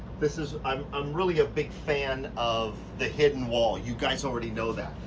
this is, i'm um really a big fan of the hidden wall. you guys already know that,